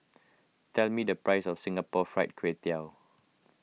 tell me the price of Singapore Fried Kway Tiao